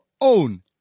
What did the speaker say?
own